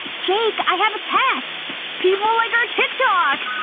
jake, i have a test people like our tik tok!